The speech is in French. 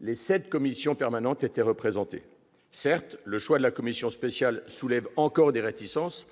Les sept commissions permanentes étaient représentées. Certes, le choix de la commission spéciale soulève encore des réticences